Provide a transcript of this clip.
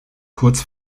kurz